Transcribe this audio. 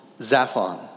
Zaphon